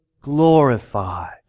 glorified